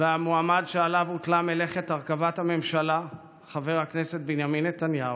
המועמד שעליו הוטלה מלאכת הרכבת הממשלה חבר הכנסת בנימין נתניהו,